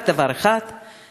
רק דבר אחד,